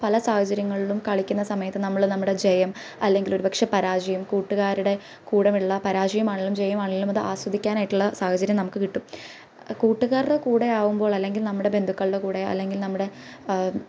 പല സാഹചര്യങ്ങളിലും കളിക്കുന്ന സമയത്ത് നമ്മളുടെ നമ്മുടെ ജയം അല്ലെങ്കിൽ പക്ഷേ പരാജയം കൂട്ടുകാരുടെ കൂടെയുള്ള പരാജയം ആണെങ്കിലും ജയം ആണെങ്കിലും ആസ്വദിക്കാൻ ആയിട്ടുള്ള സാഹചര്യം നമുക്ക് കിട്ടും കൂട്ടുകാരുടെ കൂടെയാകുമ്പോൾ അല്ലെങ്കിൽ നമ്മുടെ ബന്ധുക്കളുടെ കൂടെ ആകുമ്പോൾ നമ്മുടെ